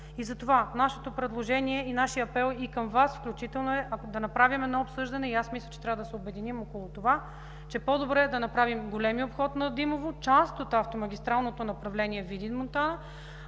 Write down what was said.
Затова нашето предложение и нашият апел към Вас включително е: да направим едно обсъждане и аз мисля, че трябва да се обединим около това, че е по-добре да направим големия обход на Димово –¬ част от автомагистралното направление Видин – Монтана,